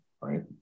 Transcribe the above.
right